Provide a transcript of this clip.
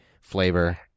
flavor